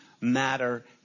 matter